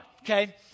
okay